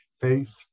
faith